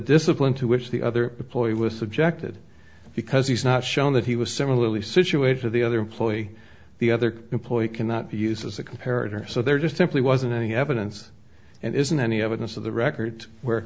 discipline to which the other employee was subjected because he's not shown that he was similarly situated the other employee the other employee cannot be used as a comparative so there just simply wasn't any evidence and isn't any evidence of the record where